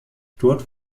dort